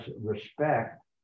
respect